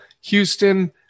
Houston